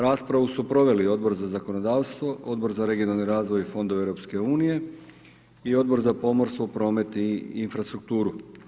Raspravu su proveli Odbor za zakonodavstvo, Odbor za regionalni razvoj i fondove EU i Odbor za pomorstvo, promet i infrastrukturu.